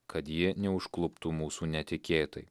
kad ji neužkluptų mūsų netikėtai